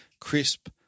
crisp